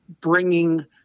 bringing